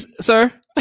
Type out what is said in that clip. sir